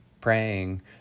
praying